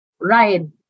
ride